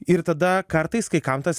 ir tada kartais kai kam tas